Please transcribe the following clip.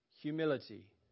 humility